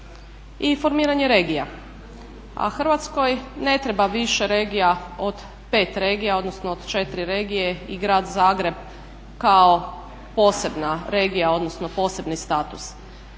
informiranje regija, a Hrvatskoj ne treba više regija od 5 regija odnosno od 4 regije i Grad Zagreb kao posebna regija odnosno posebni status,